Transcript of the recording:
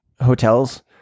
hotels